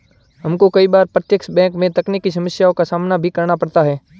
हमको कई बार प्रत्यक्ष बैंक में तकनीकी समस्याओं का सामना भी करना पड़ता है